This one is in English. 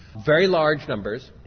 very large numbers,